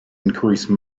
increase